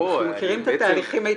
אנחנו מכירים את התהליכים היטב.